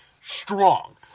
strong